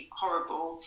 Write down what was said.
horrible